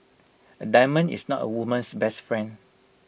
A diamond is not A woman's best friend